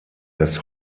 das